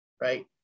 Right